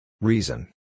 Reason